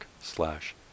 slash